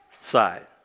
side